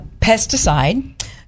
pesticide